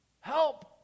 Help